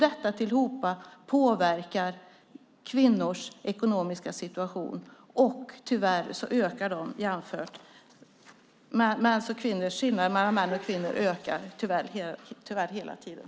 Detta sammantaget påverkar kvinnors ekonomiska situation, och tyvärr ökar de ekonomiska skillnaderna mellan män och kvinnor hela tiden.